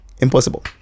impossible